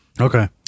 Okay